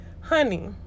honey